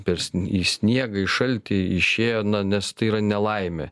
per sn į sniegą į šaltį išėjo na nes tai yra nelaimė